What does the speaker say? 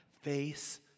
face